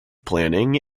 planning